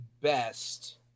best